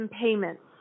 payments